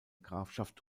grafschaft